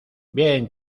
bien